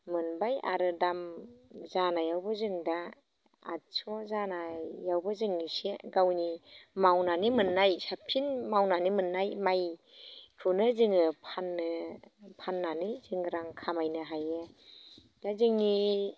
मोनबाय आरो दाम जानायावबो जों दा आठस' जानायावबो जों इसे गावनि मावनानै मोननाय साबसिन मावनानै मोननाय माइखौनो जोङो फाननो फाननानै जों रां खामायनो हायो दा जोंनि